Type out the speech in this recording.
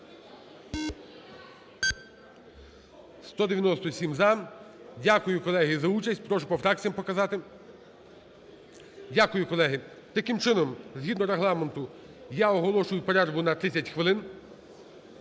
За-197 Дякую, колеги, за участь. Прошу по фракціях показати. Дякую, колеги. Таким чином, згідно Регламенту я оголошую перерву на 30 хвилин.